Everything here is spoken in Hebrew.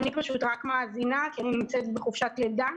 אני פשוט רק מאזינה, כי אני נמצאת בחופשת לידה.